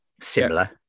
similar